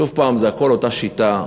שוב הפעם, זה הכול אותה שיטה.